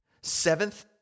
Seventh